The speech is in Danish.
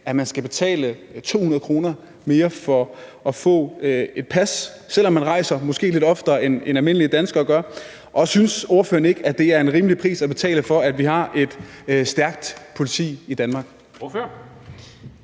at man skal betale 200 kr. mere for at få et pas, også selv om man rejser måske lidt oftere, end almindelige danskere gør. Synes ordføreren ikke, at det er en rimelig pris at betale, for at vi har et stærkt politi i Danmark?